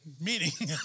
meeting